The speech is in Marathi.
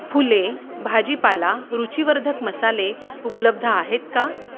फुले भाजीपाला रुचीवर्धक मसाले उपलब्ध आहेत का